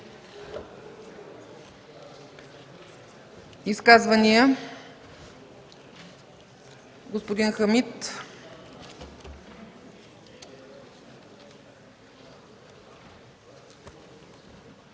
Изказвания? Господин Хамид.